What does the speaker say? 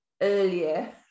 earlier